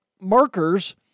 markers